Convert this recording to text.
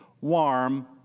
warm